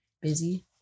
Busy